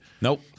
Nope